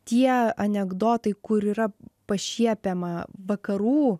tie anekdotai kur yra pašiepiama vakarų